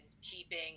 keeping